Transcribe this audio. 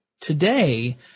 today